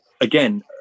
again